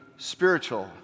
spiritual